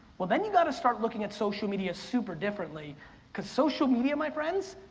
well then you gotta start looking at social media super differently cause social media, my friends,